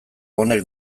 honek